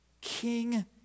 King